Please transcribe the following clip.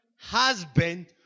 husband